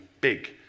big